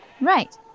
Right